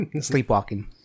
Sleepwalking